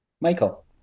Michael